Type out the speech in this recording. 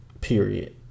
period